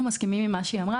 אנחנו מסכימים עם מה שנאמר.